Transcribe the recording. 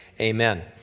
Amen